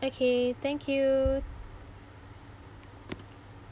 okay thank you